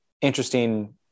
interesting